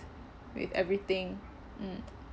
with everything mm